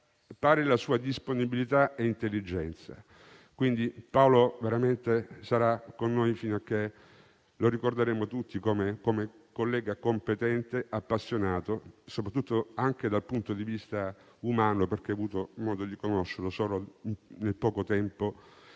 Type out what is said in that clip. pari alla sua disponibilità e intelligenza. Paolo veramente sarà con noi e lo ricorderemo tutti come collega competente e appassionato, soprattutto dal punto di vista umano per chi ha avuto modo di conoscerlo nel breve tempo